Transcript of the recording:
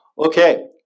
Okay